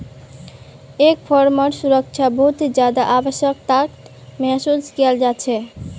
एक फर्मत सुरक्षा बहुत ज्यादा आवश्यकताक महसूस कियाल जा छेक